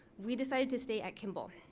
we decided to stay at kimball.